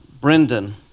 Brendan